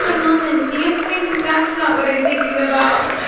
ah moment dancing, that's not what i'm thinking about.